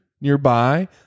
nearby